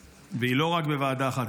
והיא לא רק בוועדה אחת,